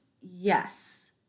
Yes